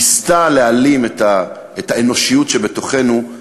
ניסתה להעלים את האנושיות שבתוכנו.